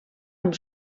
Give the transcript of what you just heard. amb